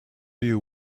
you